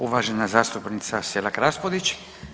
Uvažena zastupnica Selak Raspudić.